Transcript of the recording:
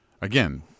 again